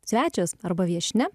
svečias arba viešnia